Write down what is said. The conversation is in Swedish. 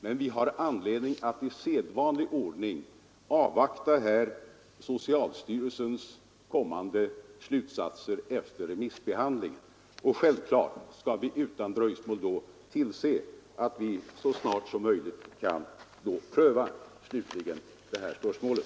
Men vi har anledning att i sedvanlig ordning avvakta socialstyrelsens kommande slutsatser efter remissbehandlingen. Självfallet skall vi sedan se till att vi så snart som möjligt kan slutligt pröva det här spörsmålet.